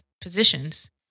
positions